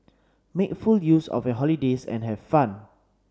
make full use of your holidays and have fun